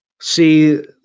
see